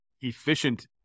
efficient